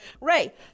Ray